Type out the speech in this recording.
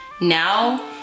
Now